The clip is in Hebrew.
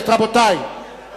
רבותי, נא לשבת.